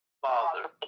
father